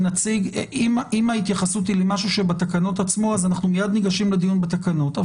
אם ההתייחסות היא למשהו שבתקנות עצמן אז אנחנו מיד ניגשים לדיון בתקנות.